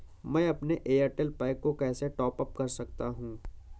मैं अपने Airtel pack को कैसे टॉप अप कर सकता हूँ?